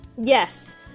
Yes